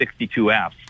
62F